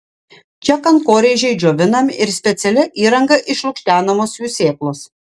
čia kankorėžiai džiovinami ir specialia įranga išlukštenamos jų sėklos